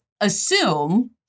assume